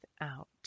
out